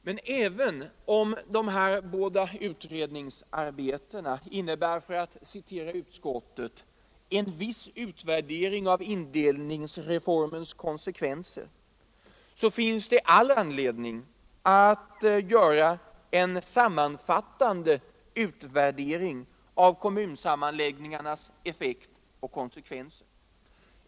Men även om dessa båda arbeten innebär, för att citera utskottet, ”en viss utvärdering av indelningsreformens konsekvenser”, så finns det all anledning att göra en sammanfattande utvärdering av kommunsammanläggningarnas effekt och konsekvenser.